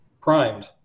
primed